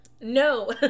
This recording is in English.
No